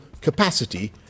capacity